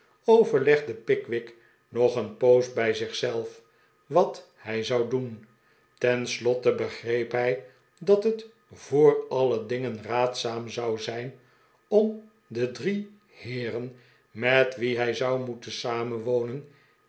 overlegde pickwick nog een poos bij zich zelf wat hij zou doen ten slotte begreep hij dat het voor alle dingen raadzaam zou zijn om de drie heeren met wie hij zou moeten